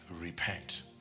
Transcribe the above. repent